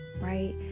right